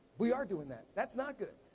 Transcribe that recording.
we are doing that. that's not good.